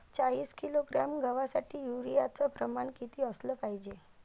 चाळीस किलोग्रॅम गवासाठी यूरिया च प्रमान किती असलं पायजे?